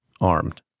armed